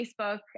Facebook